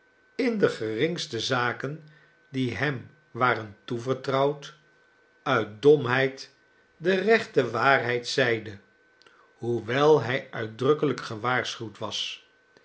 in de geringste zaken die hem waren toevertrouwd uit domheid de rechte waarheid zeide hoewel hij uitdrukkelijk gewaarschuwd was